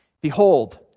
Behold